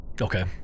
okay